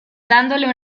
dándole